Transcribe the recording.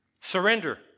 Surrender